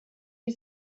you